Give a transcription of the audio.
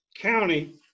county